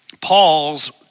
Paul's